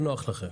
לא נוח לכם.